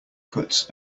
cuts